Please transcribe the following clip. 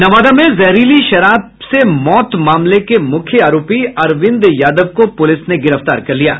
नवादा में जहरीरी शराब से मौत मामले के मुख्य आरोपी अरविंद यादव को पुलिस ने गिरफ्तार कर लिया है